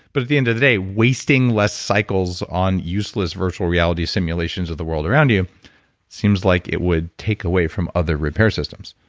but at the end of the day, wasting less cycles on useless virtual reality simulations of the world around you seems like it would take away from other repair systems.